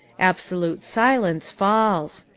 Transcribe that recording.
absolute silence falls.